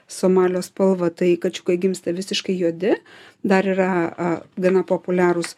somalio spalva tai kačiukai gimsta visiškai juodi dar yra a gana populiarūs